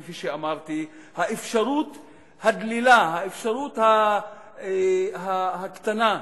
כפי שאמרתי, האפשרות הדלילה, האפשרות הקטנה,